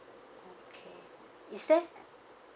okay is there